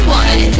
one